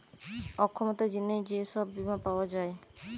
অক্ষমতার জিনে যে সব বীমা পাওয়া যায়